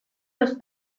los